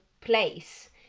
place